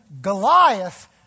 Goliath